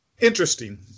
Interesting